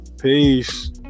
peace